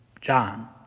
John